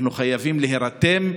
אנחנו חייבים להירתם.